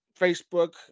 Facebook